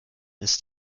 ist